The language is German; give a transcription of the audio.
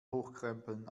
hochkrempeln